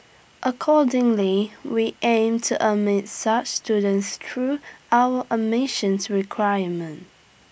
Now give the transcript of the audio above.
accordingly we aim to admit such students through our admission requirements